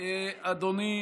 אדוני